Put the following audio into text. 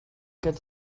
get